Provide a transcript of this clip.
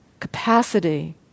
capacity